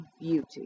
beauty